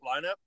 lineup